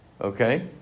okay